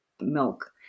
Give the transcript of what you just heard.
milk